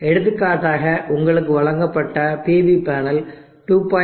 எடுத்துக்காட்டாக உங்களுக்கு வழங்கப்பட்ட PV பேனல் 2